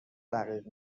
رقیق